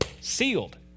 Sealed